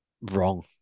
wrong